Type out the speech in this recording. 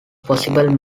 possible